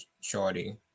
shorty